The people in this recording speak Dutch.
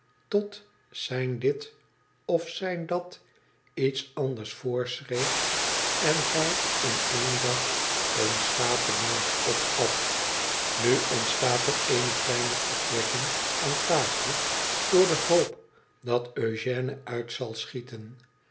tot zijn dit of zijn dit iets anders voorschreef en hij in één dag een schapebout opat nu ontstaat er eene kleine opwekking aan tel door de hoop dat eogène uit zal schieten